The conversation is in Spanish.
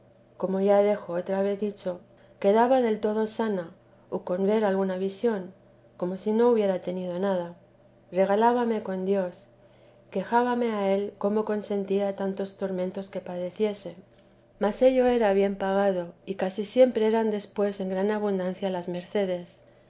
como ya dejo otra vez dicho quedaba del todo sana o con ver alguna visión como si no hubiera tenido nada regalábame con dios quejábame a él cómo consentiría tantos tormentos que padeciese mas ello era bien pagado que casi siempre eran después en gran abundancia las mercedes